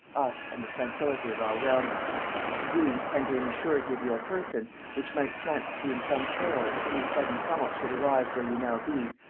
us, and the tranquillity of our realm we, tendering the surety of your person, which might chance to be in some peril if any sudden tumult should arise where you now be,